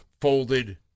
folded